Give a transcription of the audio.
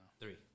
Three